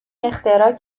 اختراع